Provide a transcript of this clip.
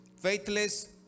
faithless